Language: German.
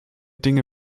dinge